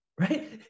Right